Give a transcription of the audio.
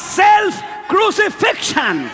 self-crucifixion